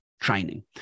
training